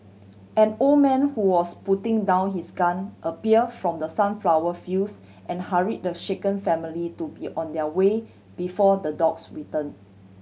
an old man who was putting down his gun appear from the sunflower fields and hurry the shaken family to be on their way before the dogs return